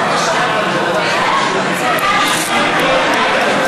איכות המזון ולתזונה נכונה בצהרונים (תיקון,